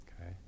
okay